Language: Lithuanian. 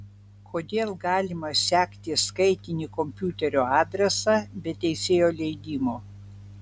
kodėl galima sekti skaitinį komopiuterio adresą be teisėjo leidimo